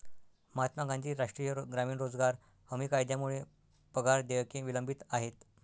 महात्मा गांधी राष्ट्रीय ग्रामीण रोजगार हमी कायद्यामुळे पगार देयके विलंबित आहेत